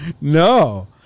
No